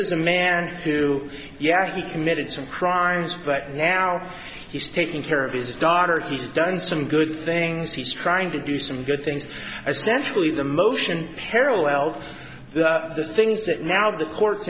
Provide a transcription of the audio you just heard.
is a man who yes he committed some crimes but now he's taking care of his daughter he's done some good things he's trying to do some good things essentially the motion parallel things that now the courts